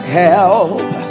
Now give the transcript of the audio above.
help